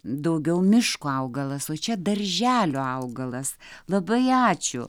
daugiau miško augalas o čia darželio augalas labai ačiū